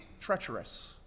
treacherous